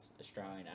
Australian